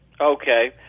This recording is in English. Okay